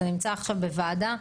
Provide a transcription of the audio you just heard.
זה נמצא עכשיו בוועדה.